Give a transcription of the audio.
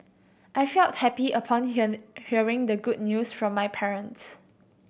I felt happy upon hear hearing the good news from my parents